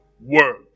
work